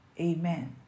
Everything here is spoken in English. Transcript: Amen